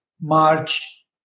March